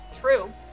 True